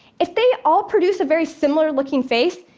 if they all produce a very similar-looking face,